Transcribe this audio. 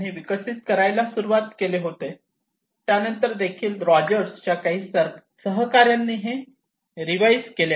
Rogers यांनी विकसित करायला सुरुवात केली होती आणि त्यानंतर देखील रॉजर्स च्या काही सहकाऱ्यांनी हे रिवाईज केले